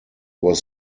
was